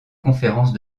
conférence